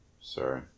Sorry